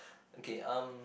okay um